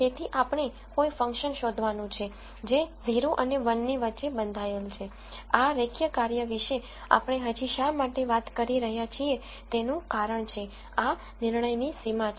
તેથી આપણે કોઈ ફંક્શન શોધવાનું છે જે 0 અને 1 ની વચ્ચે બંધાયેલ છે આ રેખીય કાર્ય વિશે આપણે હજી શા માટે વાત કરી રહ્યાં છીએ તેનું કારણ છે આ નિર્ણયની સીમા છે